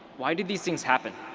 why did these things happen?